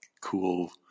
cool